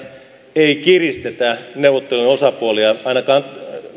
ei kiristetä neuvottelun osapuolia ainakaan